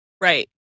right